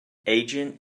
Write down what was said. agent